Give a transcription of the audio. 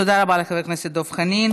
תודה רבה לחבר הכנסת דב חנין.